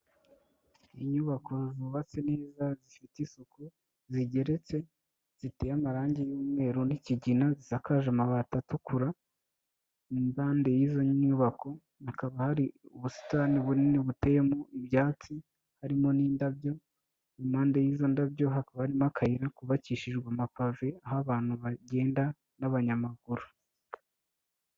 Inyubako zubatse neza, zifite isuku zigeretse ziteye amarangi y'umweru n'ikigina, zisakaje amabati atukura, impande y'izo nyubako hakaba hari ubusitani bunini buteyemo ibyatsi harimo n'indabyo, impande y'izo ndabyo hakaba harimo akayira kubakishijwe amapave, aho abantu bagenda b'abanyamaguru